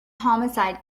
homicide